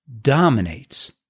dominates